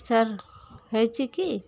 sir ହେଇଛି କି